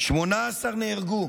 18 נהרגו,